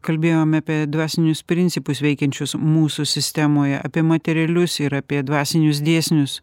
kalbėjom apie dvasinius principus veikiančius mūsų sistemoje apie materialius ir apie dvasinius dėsnius